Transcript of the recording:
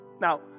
Now